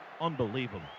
Unbelievable